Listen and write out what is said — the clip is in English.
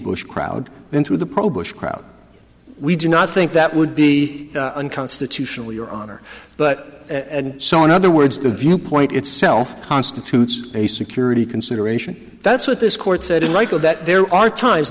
bush crowd into the pro bush crowd we do not think that would be unconstitutional your honor but so in other words the viewpoint itself constitutes a security consideration that's what this court said in light of that there are times